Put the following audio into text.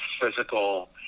physical